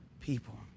people